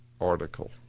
article